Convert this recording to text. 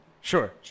Sure